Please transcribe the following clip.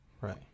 Right